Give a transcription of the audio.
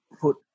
put